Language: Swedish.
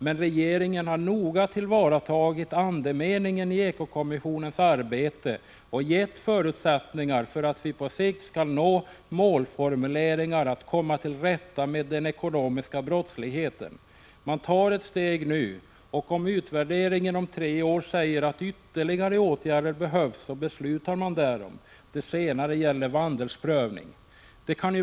Men regeringen har samtidigt noga tagit fasta på andemeningen i ekokommissionens arbete och gett förutsättningar för att vi på sikt skall nå målformuleringar i syfte att komma till rätta med den ekonomiska brottsligheten. Man tar ett steg nu. Och om utvärderingen om tre år visar att ytterligare åtgärder behövs, så beslutar man därom — det senare gäller vandelsprövning.